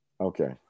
Okay